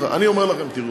אני אומר לכם: תראו,